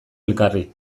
elkarri